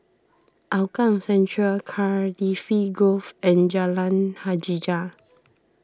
Hougang Central Cardifi Grove and Jalan Hajijah